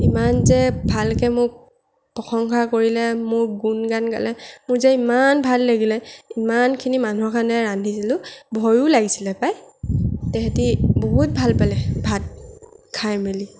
ইমান যে ভালকৈ মোক প্ৰশংসা কৰিলে মোক গুণ গান গালে মোৰ যে ইমান ভাল লাগিলে ইমানখিনি মানুহৰ কাৰণে ৰান্ধিছিলোঁ ভয়ো লাগিছিলে পাই তেহেঁতি বহুত ভাল পালে ভাত খাই মেলি